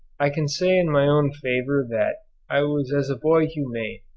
i can say in my own favour that i was as a boy humane,